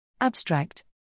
Abstract